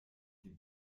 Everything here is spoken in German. die